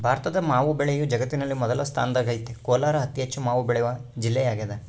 ಭಾರತದ ಮಾವು ಬೆಳೆಯು ಜಗತ್ತಿನಲ್ಲಿ ಮೊದಲ ಸ್ಥಾನದಾಗೈತೆ ಕೋಲಾರ ಅತಿಹೆಚ್ಚು ಮಾವು ಬೆಳೆವ ಜಿಲ್ಲೆಯಾಗದ